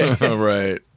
Right